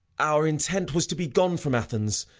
our intent was to be gone from athens,